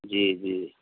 जी जी